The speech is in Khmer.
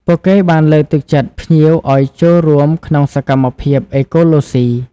ពួកគេបានលើកទឹកចិត្តភ្ញៀវឱ្យចូលរួមក្នុងសកម្មភាពអេកូឡូសុី។